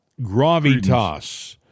gravitas